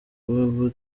kuba